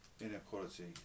inequality